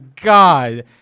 God